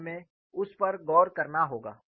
तो हमें उस पर गौर करना होगा